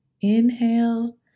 inhale